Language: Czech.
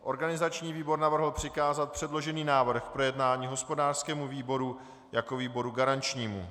Organizační výbor navrhl přikázat předložený návrh k projednání hospodářskému výboru jako výboru garančnímu.